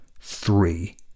three